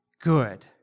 good